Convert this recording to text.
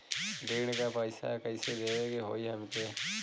ऋण का पैसा कइसे देवे के होई हमके?